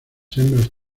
hembras